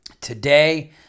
Today